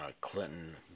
Clinton